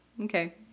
Okay